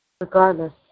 Regardless